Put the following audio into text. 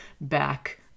back